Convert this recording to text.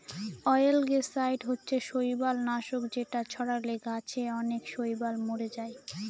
অয়েলগেসাইড হচ্ছে শৈবাল নাশক যেটা ছড়ালে গাছে অনেক শৈবাল মোরে যায়